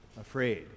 afraid